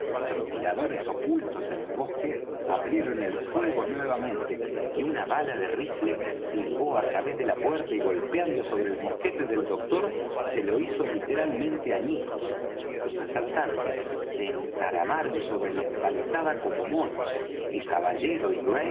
los tiradores ocultos en el bosque abrieron el fuego nuevamente y una bala de rifle silbó á través de la puerta y golpeando sobre el mosquete del doctor se lo hizo literalmente añicos los asaltantes se encaramaron sobre la empalizada como monos el caballero y